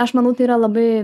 aš manau tai yra labai